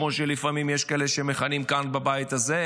כמו שלפעמים יש כאלה שמכנים כאן בבית הזה,